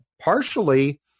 partially